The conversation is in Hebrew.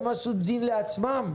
הם עשו דין לעצמם?